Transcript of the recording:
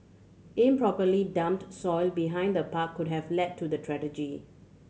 improperly dumped soil behind the park could have led to the